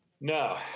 No